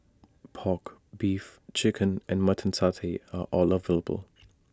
Pork Beef Chicken and Mutton Satay are all available